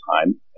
time